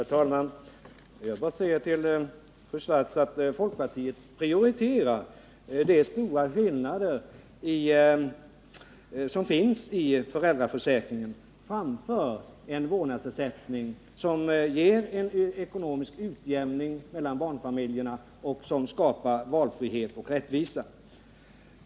Herr talman! Till fru Swartz vill jag säga att folkpartiet prioriterar de stora skillnader som finns i föräldraförsäkringen framför en vårdnadsersättning som ger en god ekonomisk utjämning mellan barnfamiljerna och som skapar valfrihet och rättvisa.